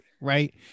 Right